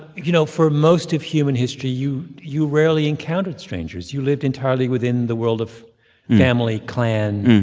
you know, for most of human history, you you rarely encountered strangers. you lived entirely within the world of family, clan,